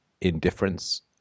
indifference